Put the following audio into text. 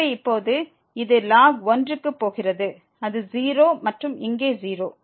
எனவே இப்போது இது ln 1 க்கு போகிறது அது 0 மற்றும் இங்கே 0